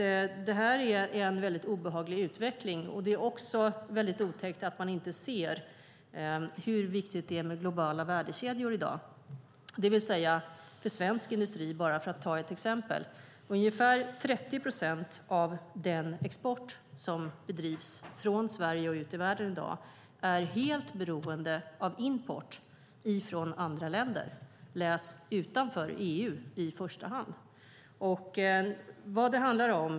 Det här är en obehaglig utveckling, och det är också otäckt att man inte ser hur viktigt det är med globala värdekedjor i dag. För att ta ett exempel är ungefär 30 procent av den export som bedrivs från Sverige och ut i världen i dag helt beroende av import från andra länder, i första hand länder utanför EU.